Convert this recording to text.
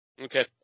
Okay